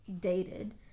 dated